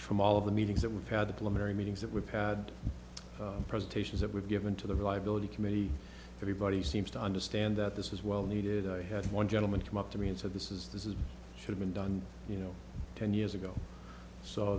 from all of the meetings that we've had to pull ameri meetings that we've had presentations that we've given to the reliability committee everybody seems to understand that this is well needed to have one gentleman come up to me and said this is this is should have been done you know ten years ago so